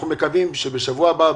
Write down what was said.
אנחנו מקווים שבשבוע הבא,